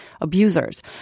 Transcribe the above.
abusers